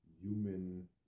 human